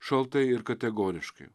šaltai ir kategoriškai